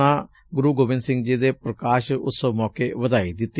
ਉਨ੍ਹਾਂ ਨੇ ਗੁਰੁ ਗੋਬਿੰਦ ਸਿੰਘ ਦੇ ਪ੍ਕਾਸ਼ ਉਤਸਵ ਮੌਕੇ ਵਧਾਈ ਦਿੱਤੀ